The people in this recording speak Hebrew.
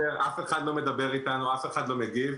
אף אחד לא מדבר איתנו, אף אחד לא מגיב.